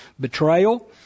betrayal